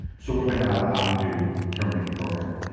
so we're gonna allow him to terminate the program.